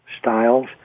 styles